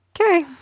Okay